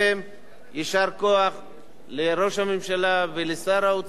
יישר כוח לראש הממשלה ולשר האוצר,